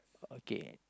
okay